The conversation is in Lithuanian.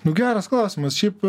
nu geras klausimas šiaip